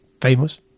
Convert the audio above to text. famous